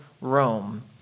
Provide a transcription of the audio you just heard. Rome